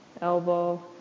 Elbow